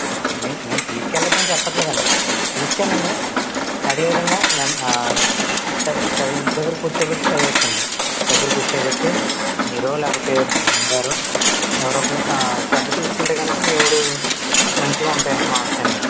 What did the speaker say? మేం మేం తీసుక వెళ్ళొదు అని చెప్పట్లేదండి తీసుకువెళ్ళండి అదే విధంగా చ చదువు ఇంటి దగ్గర కూర్చోబెట్టి చదివించండి దగ్గర కూర్చోబెట్టి మీరు లేకపోతే మన అమ్మ గారు ఎవరో ఒకళ్ళు శ్రద్ధ తీసుకుంటే గనుక మీ వోడు మంచిగా ఉంటాయ్ మార్కులనేవి